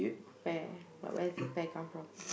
pear but where is the pear come from